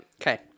Okay